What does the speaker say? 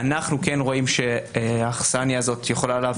אנחנו רואים שהאכסניה הזאת יכולה להביא